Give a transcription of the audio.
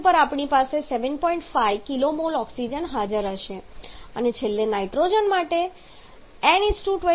અને છેલ્લે નાઇટ્રોજન માટે નાઇટ્રોજન કોઈપણ કેમિકલ પ્રતિક્રિયાઓમાં ભાગ લેતું નથી તેથી તમારી પાસે છે N 20 × 3